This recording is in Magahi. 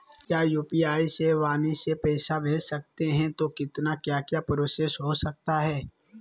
क्या यू.पी.आई से वाणी से पैसा भेज सकते हैं तो कितना क्या क्या प्रोसेस हो सकता है?